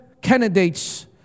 candidates